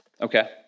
okay